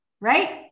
right